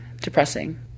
depressing